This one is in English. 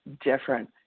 different